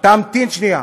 תמתין שנייה.